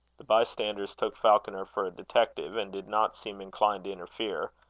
the bystanders took falconer for a detective, and did not seem inclined to interfere,